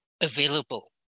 available